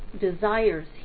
desires